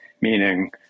Meaning